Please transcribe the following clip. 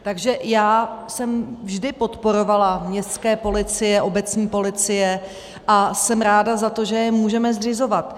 Takže já jsem vždy podporovala městské policie, obecní policie a jsem ráda za to, že je můžeme zřizovat.